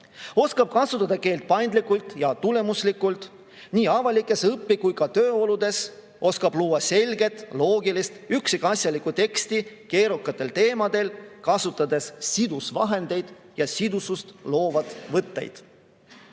oskab kasutada keelt paindlikult ja tulemuslikult nii avalikes, õpi‑ kui ka tööoludes, oskab luua selget, loogilist, üksikasjalikku teksti keerukatel teemadel, kasutades sidusvahendeid ja sidusust loovaid võtteid.